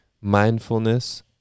mindfulness